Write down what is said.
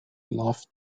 love